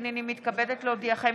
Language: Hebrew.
הינני מתכבדת להודיעכם,